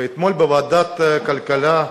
ואתמול בוועדת הכלכלה,